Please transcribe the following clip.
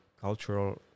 cultural